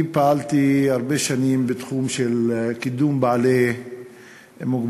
אני פעלתי הרבה שנים בתחום של קידום בעלי מוגבלויות,